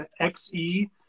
XE